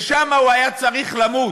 ושם הוא היה צריך למות.